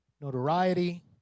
notoriety